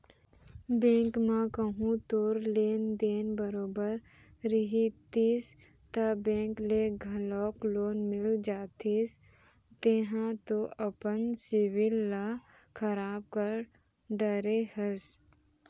bank म कहूँ तोर लेन देन बरोबर रहितिस ता बेंक ले घलौक लोन मिल जतिस तेंहा तो अपन सिविल ल खराब कर डरे हस